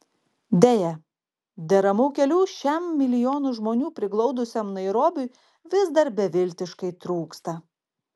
deja deramų kelių šiam milijonus žmonių priglaudusiam nairobiui vis dar beviltiškai trūksta